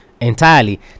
entirely